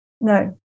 No